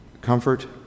comfort